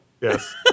Yes